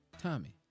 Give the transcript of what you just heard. Tommy